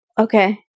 Okay